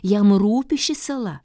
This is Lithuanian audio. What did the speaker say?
jam rūpi ši sala